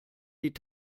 die